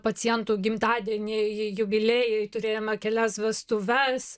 pacientų gimtadieniai jubiliejai turėjome kelias vestuves